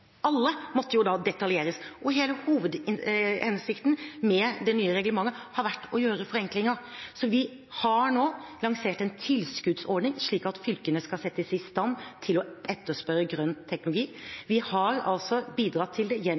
alle måtte da detaljeres. Hele hovedhensikten med det nye reglementet har vært å gjøre forenklinger, så vi har nå lansert en tilskuddsordning, slik at fylkene skal settes i stand til å etterspørre grønn teknologi. Vi har bidratt til det